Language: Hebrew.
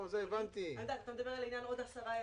אתה מדבר על עניין הוספת עשרה ימים.